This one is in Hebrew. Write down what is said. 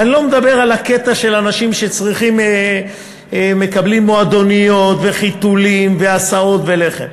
ואני לא מדבר על הקטע של אנשים שמקבלים מועדוניות וחיתולים והסעות ולחם,